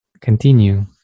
continue